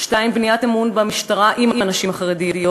2. בניית אמון של הנשים החרדיות